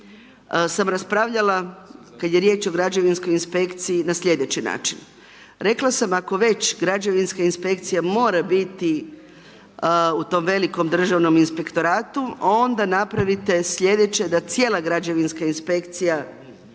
sam raspravljala kada je riječ o građevinskoj inspekciji na slijedeći način, rekla sam ako već građevinska inspekcija mora biti u tom velikom Državnom inspektoratu, onda napravite slijedeće da cijela građevinska inspekcija